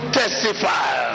testify